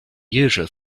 usual